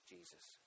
Jesus